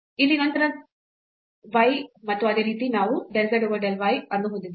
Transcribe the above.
ಇಲ್ಲಿ ನಂತರ y ಮತ್ತು ಅದೇ ರೀತಿ ನಾವು del z over del y ಅನ್ನು ಹೊಂದಿದ್ದೇವೆ